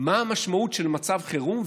מה המשמעות של מצב חירום,